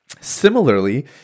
Similarly